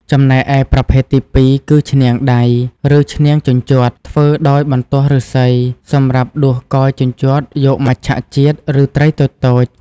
ចំណែកឯប្រភេទទីពីរគឺ ឈ្នាងដៃ ឬឈ្នាងជញ្ជាត់ ធ្វើដោយបន្ទោះឫស្សីសម្រាប់ដួសកោយ ជញ្ជាត់ យកមច្ឆជាតិ ឬត្រីតូចៗ។